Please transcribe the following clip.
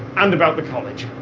and about the college!